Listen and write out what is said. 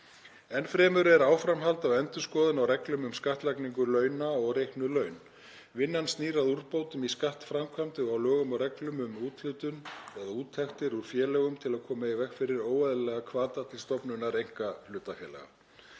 Enn fremur er áframhald á endurskoðun á reglum um skattlagningu launa og reiknuð laun. Vinnan snýr að úrbótum í skattframkvæmd og á lögum og reglum um úthlutun/úttektir úr félögum til að koma í veg fyrir óeðlilega hvata til stofnunar einkahlutafélaga.